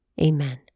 Amen